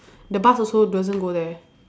the bus also doesn't go there